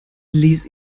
ließ